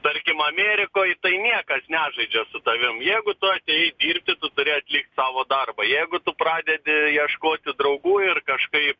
tarkim amerikoj tai niekas nežaidžia su tavim jeigu tu atėjai dirbti turi atlikt savo darbą jeigu tu pradedi ieškoti draugų ir kažkaip